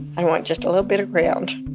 i want just a little bit of ground,